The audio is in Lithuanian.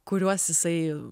kuriuos jisai